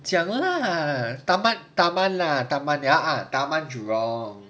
讲 lah taman taman lah taman ya ah tamanjurong